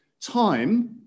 time